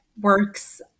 works